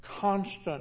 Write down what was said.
constant